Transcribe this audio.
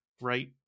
right